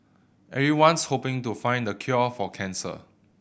everyone's hoping to find the cure for cancer